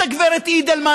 את הגב' אידלמן,